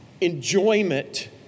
enjoyment